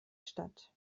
statt